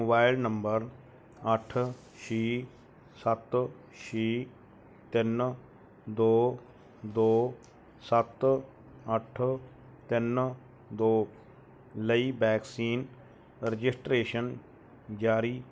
mobile number ਅੱਠ ਛੇ ਸੱਤ ਛੇ ਤਿੰਨ ਦੋ ਦੋ ਸੱਤ ਅੱਠ ਤਿੰਨ ਦੋ ਲਈ ਵੈਕਸੀਨ ਰਜਿਸਟ੍ਰੇਸ਼ਨ ਜਾਰੀ